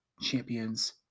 Champions